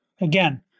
Again